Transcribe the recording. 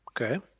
Okay